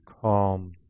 calm